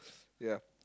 s~ ya